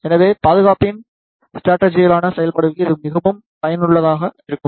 எனவே பாதுகாப்பின் ஸ்ட்ரடஜிக்கலானா செயல்பாட்டுக்கு இது மிகவும் பயனுள்ளதாக இருக்கும்